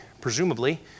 presumably